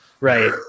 Right